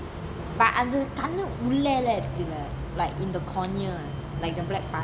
but அது தல உள்ள இருக்குல்ல:athu thala ulla irukula like in the cornea eh like the black part